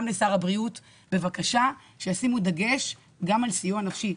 גם לשר הבריאות בבקשה שישימו דגש גם על סיוע נפשי.